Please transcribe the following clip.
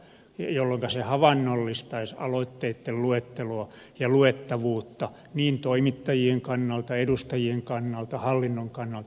se havainnollistaisi aloitteitten luetteloa ja luettavuutta niin toimittajien kannalta edustajien kannalta kuin myös hallinnon kannalta